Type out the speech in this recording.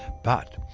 but,